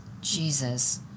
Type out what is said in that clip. Jesus